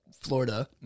Florida